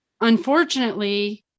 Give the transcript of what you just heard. unfortunately